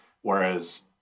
whereas